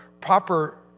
proper